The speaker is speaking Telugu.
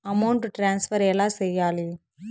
అమౌంట్ ట్రాన్స్ఫర్ ఎలా సేయాలి